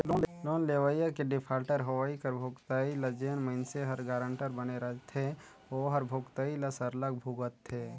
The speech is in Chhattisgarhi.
लोन लेवइया के डिफाल्टर होवई कर भुगतई ल जेन मइनसे हर गारंटर बने रहथे ओहर भुगतई ल सरलग भुगतथे